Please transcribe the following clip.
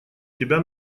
тебя